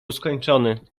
skończony